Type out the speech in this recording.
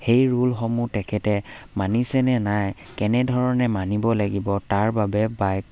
সেই ৰুলসমূহ তেখেতে মানিছে নে নাই কেনেধৰণে মানিব লাগিব তাৰ বাবে বাইক